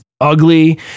ugly